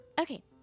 Okay